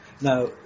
Now